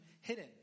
hidden